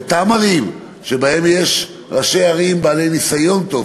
באותן ערים שבהן יש ראשי ערים בעלי ניסיון טוב,